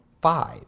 five